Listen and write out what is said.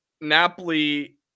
Napoli